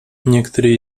некоторые